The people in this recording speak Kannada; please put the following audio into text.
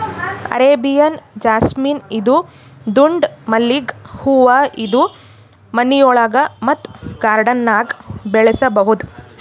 ಅರೇಬಿಯನ್ ಜಾಸ್ಮಿನ್ ಇದು ದುಂಡ್ ಮಲ್ಲಿಗ್ ಹೂವಾ ಇದು ಮನಿಯೊಳಗ ಮತ್ತ್ ಗಾರ್ಡನ್ದಾಗ್ ಬೆಳಸಬಹುದ್